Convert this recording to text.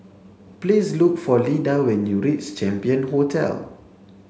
please look for Lida when you reach Champion Hotel